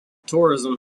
tourism